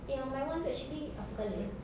eh yang my one itu actually apa colour eh